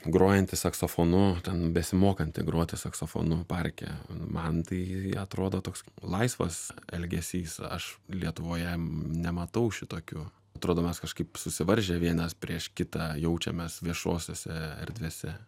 grojantį saksofonu ten besimokantį groti saksofonu parke man tai atrodo toks laisvas elgesys aš lietuvoje nematau šitokių atrodo mes kažkaip susivaržę vienas prieš kitą jaučiamės viešosiose erdvėse